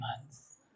months